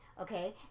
Okay